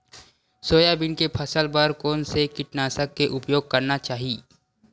Soybean के फसल बर कोन से कीटनाशक के उपयोग करना चाहि?